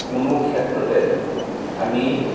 কোনো ক্ষেত্ৰতে আমি